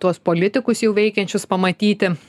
tuos politikus jau veikiančius pamatyti